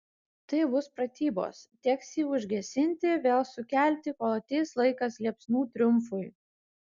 tai bus pratybos teks jį užgesinti vėl sukelti kol ateis laikas liepsnų triumfui